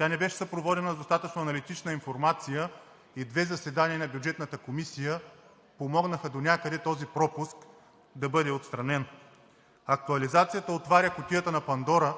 Не беше съпроводена с достатъчно аналитична информация и две заседания на Бюджетната комисия помогнаха донякъде този пропуск да бъде отстранен. Актуализацията отваря кутията на Пандора